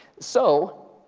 so,